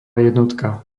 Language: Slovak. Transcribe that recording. jednotka